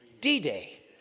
D-Day